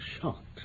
shocked